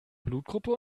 blutgruppe